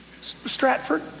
Stratford